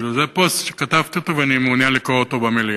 כאילו זה פוסט שכתבתי ואני מעוניין לקרוא אותו במליאה.